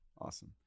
Awesome